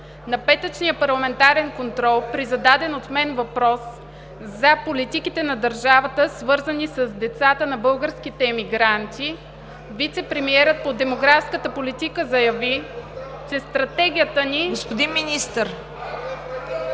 На петъчния парламентарен контрол при зададен от мен въпрос за политиките на държавата, свързани с децата на българските емигранти, вицепремиерът по демографската политика заяви, че стратегията ни… (Силен